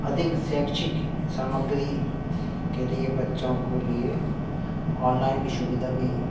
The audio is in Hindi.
अधिक शिक्षण सामग्री के लिए बच्चों को लिए ऑनलाइन की शुविधा भी